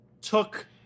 took